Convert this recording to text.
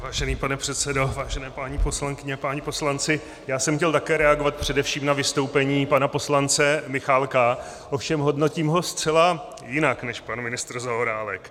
Vážený pane předsedo, vážené paní poslankyně, páni poslanci, já jsem chtěl také reagovat především na vystoupení pana poslance Michálka, ovšem hodnotím ho zcela jinak než pan ministr Zaorálek.